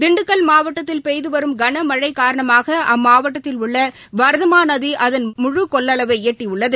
திண்டுக்கல் மாவட்டத்தில் பெய்துவரும் கனமழைகாரணமாகஅம்மாவட்டத்தில் உள்ளவரதமாநதிஅதன் முழு கொள்ளளவைஎட்டியுள்ளது